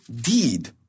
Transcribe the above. deed